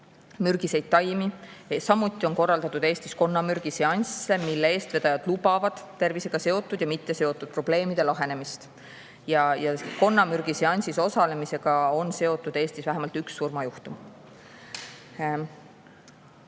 mürgiseid taimi. Eestis on korraldatud konnamürgiseansse, mille eestvedajad lubavad tervisega seotud ja mitteseotud probleemide lahenemist. Konnamürgiseansil osalemisega on seotud Eestis vähemalt üks surmajuhtum.